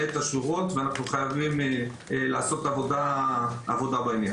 את השורות ואנחנו חייבים לעשות עבודה בעניין.